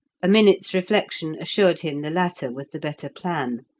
a minute's reflection assured him the latter was the better plan,